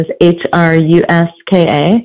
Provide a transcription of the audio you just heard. H-R-U-S-K-A